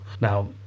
Now